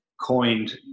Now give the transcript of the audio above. coined